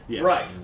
Right